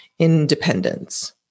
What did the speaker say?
independence